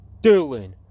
dylan